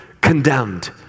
condemned